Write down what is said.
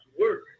word